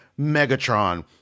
Megatron